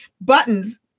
buttons